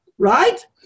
Right